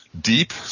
deep